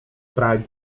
pragi